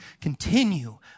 continue